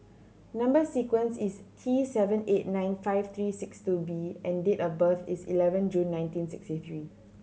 number sequence is T seven eight nine five three six two B and date of birth is eleven June nineteen sixty three